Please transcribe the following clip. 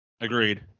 Agreed